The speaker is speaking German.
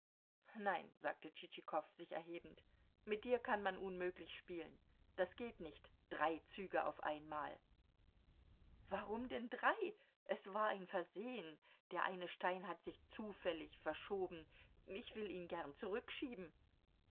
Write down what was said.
nein sagte tschitschikow sich erhebend mit dir kann man unmöglich spielen das geht nicht drei züge auf einmal warum denn drei es war ein versehen der eine stein hat sich zufällig verschoben ich will ihn gern zurückschieben